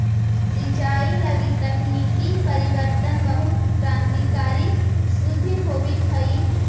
सिंचाई लगी तकनीकी परिवर्तन बहुत क्रान्तिकारी सिद्ध होवित हइ